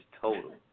total